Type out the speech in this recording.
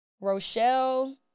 Rochelle